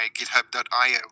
github.io